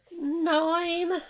Nine